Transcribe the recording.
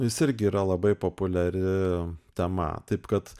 jis irgi yra labai populiari tema taip kad